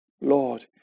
Lord